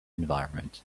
environment